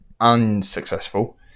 unsuccessful